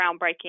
groundbreaking